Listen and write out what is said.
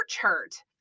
hurt